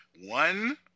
one